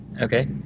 Okay